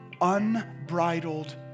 unbridled